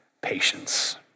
patience